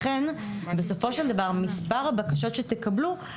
לכן בסופו של דבר מספר הבקשות שתקבלו